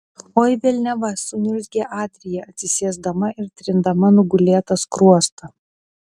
oi velniava suniurzgė adrija atsisėsdama ir trindama nugulėtą skruostą